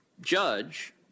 judge